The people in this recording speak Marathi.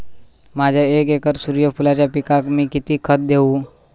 माझ्या एक एकर सूर्यफुलाच्या पिकाक मी किती खत देवू?